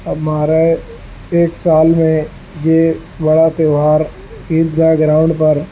اب مارئے ایک سال میں یہ بڑا تیوہار عید گاہ گراؤنڈ پر